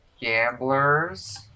gamblers